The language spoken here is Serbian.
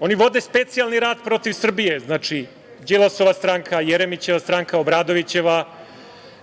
Oni vode specijalni rat protiv Srbije. Znači, Đilasova stranka, Jeremićeva stranka, Obradovićeva